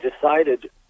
decided